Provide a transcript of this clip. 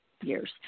years